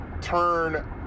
turn